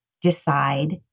Decide